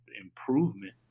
improvement